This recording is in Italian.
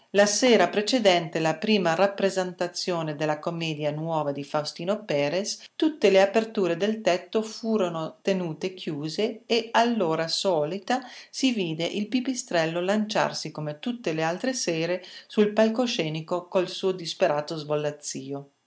la sera precedente la prima rappresentazione della commedia nuova di faustino perres tutte le aperture del tetto furono tenute chiuse e all'ora solita si vide il pipistrello lanciarsi come tutte le altre sere sul palcoscenico col suo disperato svolazzio